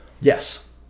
Yes